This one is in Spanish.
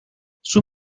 sus